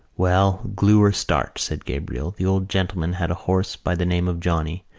well, glue or starch, said gabriel, the old gentleman had a horse by the name of johnny.